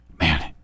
Man